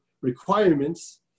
requirements